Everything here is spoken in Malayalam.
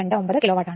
829 കിലോ വാട്ട് ആണ്